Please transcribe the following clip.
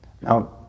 Now